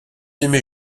aimer